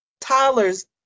tyler's